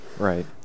right